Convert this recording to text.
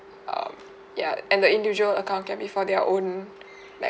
um ya and the individual account can be for their own like